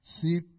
See